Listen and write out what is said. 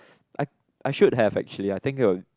I I should have actually I think